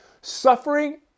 Suffering